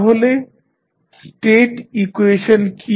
তাহলে state equation কী